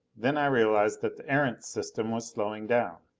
then i realized that the erentz system was slowing down.